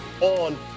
on